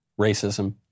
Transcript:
racism